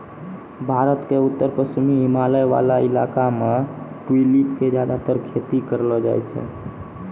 भारत के उत्तर पश्चिमी हिमालय वाला इलाका मॅ ट्यूलिप के ज्यादातर खेती करलो जाय छै